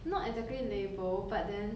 not exactly label but then